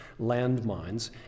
landmines